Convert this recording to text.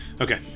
Okay